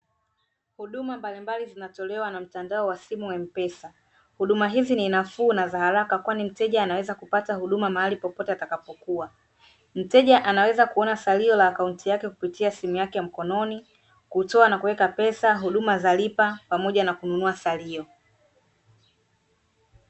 Huduma mbalimbali zinatolewa na mtandao wa simu wa M-Pesa, huduma hizi ni nafuu na za haraka kwani mteja anaweza kupata huduma mahali popote atakapokuwa. Mteja anaweza kuona salio la akaunti yake kupitia simu yake ya mkononi, kutoa na kuweka pesa, huduma za lipa, pamoja na kununua salio.